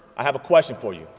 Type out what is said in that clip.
i have a question for you.